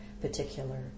particular